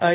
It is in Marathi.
आय